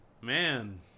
Man